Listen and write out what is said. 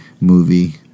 movie